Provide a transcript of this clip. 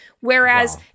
Whereas